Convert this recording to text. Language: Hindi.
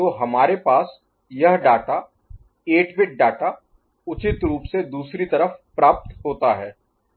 तो हमारे पास यह डाटा 8 बिट डाटा उचित रूप से दूसरी तरफ प्राप्त होता है